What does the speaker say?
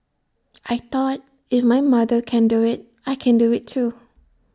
I thought if my mother can do IT I can do IT too